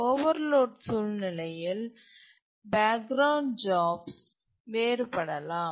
overload சூழ்நிலையில் background jobs வேறுபடலாம்